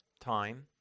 time